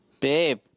Babe